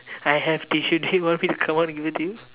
I have tissue do you want to come out and give it to you